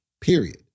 period